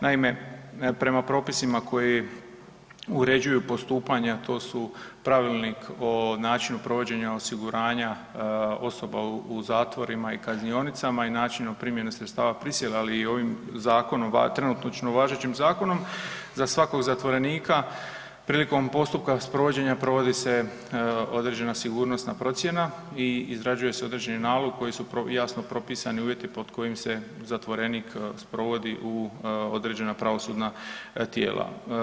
Naime, prema propisima koja uređuju postupanja, a to su Pravilnik o načinu provođenja osiguranja osoba u zatvorima i kaznionicama i načinu primjene sredstava prisile, ali i ovim zakonom, trenutačno važećim zakonom, za svakog zatvorenika prilikom postupka sprovođenja provodi se određena sigurnosna procjena i izrađuje se određeni nalog kojim su jasno propisani uvjeti pod kojim se zatvorenik sprovodi u određena pravosudna tijela.